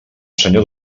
senyor